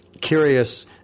curious